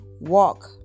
walk